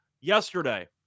Yesterday